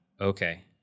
Okay